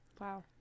Wow